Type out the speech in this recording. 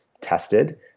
tested